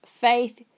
faith